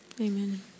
Amen